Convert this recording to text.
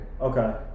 Okay